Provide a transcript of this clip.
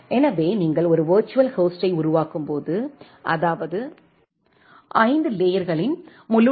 எனவே நீங்கள் ஒரு விர்ச்சுவல் ஹோஸ்டை உருவாக்கும்போது அதாவது 5 லேயர்களின் முழு டி